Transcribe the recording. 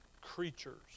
creatures